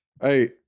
Hey